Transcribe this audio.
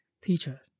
teacher